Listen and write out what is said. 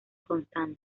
constante